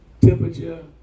temperature